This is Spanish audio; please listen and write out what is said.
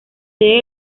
sede